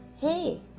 Hey